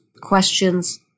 questions